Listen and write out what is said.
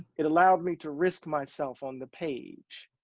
it allowed me to risk myself on the page.